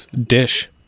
dish